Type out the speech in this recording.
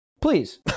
Please